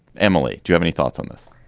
emily do you have any thoughts on this